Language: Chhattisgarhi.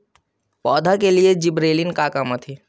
पौधा के लिए जिबरेलीन का काम आथे?